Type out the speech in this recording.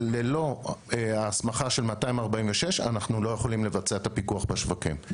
אבל ללא ההסמכה לפי סעיף 246 אנחנו לא יכולים לבצע את הפיקוח בשווקים.